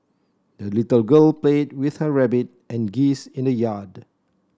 the little girl played with her rabbit and geese in the yard